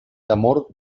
temor